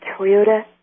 Toyota